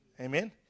Amen